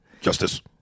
Justice